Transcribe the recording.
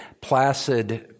placid